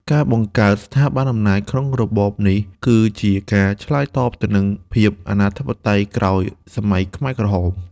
ការបង្កើតស្ថាប័នអំណាចក្នុងរបបនេះ គឺជាការឆ្លើយតបទៅនឹងភាពអនាធិបតេយ្យក្រោយសម័យខ្មែរក្រហម។